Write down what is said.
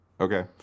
Okay